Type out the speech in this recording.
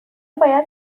باید